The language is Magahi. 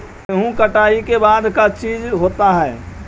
गेहूं कटाई के बाद का चीज होता है?